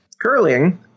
Curling